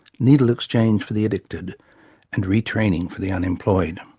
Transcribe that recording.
needle exchange for the addicted and retraining for the unemployed.